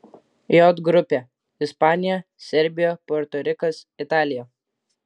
j grupė ispanija serbija puerto rikas italija